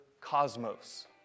cosmos